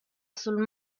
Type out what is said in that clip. sul